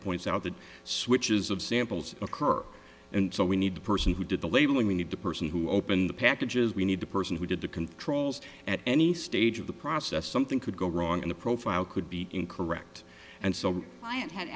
points out that switches of samples occur and so we need the person who did the labeling we need the person who opened the packages we need the person who did the controls at any stage of the process something could go wrong in the profile could be incorrect and so